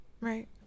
Right